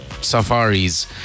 safaris